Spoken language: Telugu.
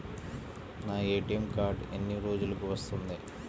నా ఏ.టీ.ఎం కార్డ్ ఎన్ని రోజులకు వస్తుంది?